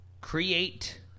Create